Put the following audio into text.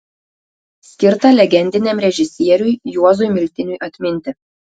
skirta legendiniam režisieriui juozui miltiniui atminti